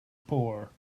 poor